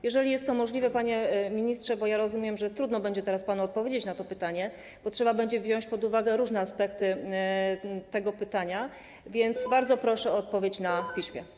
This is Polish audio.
Jeżeli jest to możliwe, panie ministrze, bo rozumiem, że trudno będzie teraz panu odpowiedzieć na to pytanie, bo trzeba będzie wziąć pod uwagę różne aspekty tego pytania, bardzo proszę o odpowiedź na piśmie.